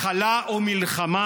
הכלה או מלחמה.